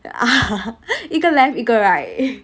一个 left 一个 right